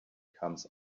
comes